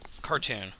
Cartoon